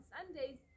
Sundays